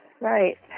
right